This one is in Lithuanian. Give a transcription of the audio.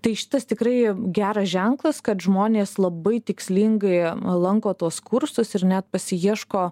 tai šitas tikrai geras ženklas kad žmonės labai tikslingai lanko tuos kursus ir net pasiieško